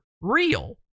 real